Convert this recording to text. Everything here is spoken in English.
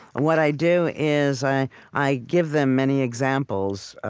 what i do is, i i give them many examples.